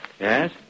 Yes